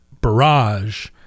barrage